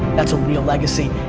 that's a real legacy.